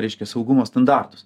reiškia saugumo standartus